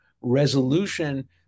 resolution